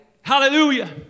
Hallelujah